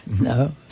No